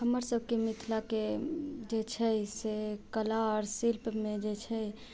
हमरसभके मिथिलाके जे छै से कला आओर शिल्पमे जे छै